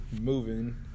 moving